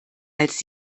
als